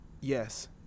yes